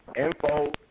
info